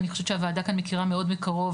אני חושבת שהוועדה כאן מכירה מאוד מקרוב,